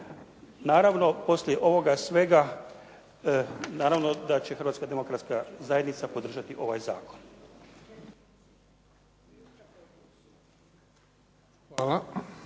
Naravno, poslije ovoga svega, naravno da će Hrvatska demokratska zajednica podržati ovaj zakon.